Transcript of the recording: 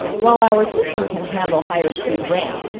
while our system can handle higher speed ram,